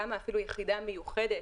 קמה אפילו יחידה מיוחדת,